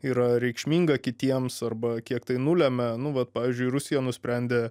yra reikšminga kitiems arba kiek tai nulemia nu vat pavyzdžiui rusija nusprendė